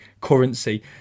currency